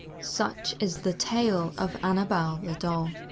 such is the tale of annabelle the doll.